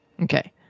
Okay